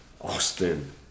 Austin